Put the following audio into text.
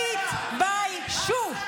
תתביישו.